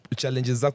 challenges